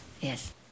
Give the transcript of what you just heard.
Yes